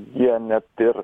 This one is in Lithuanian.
jie net ir